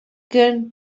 көн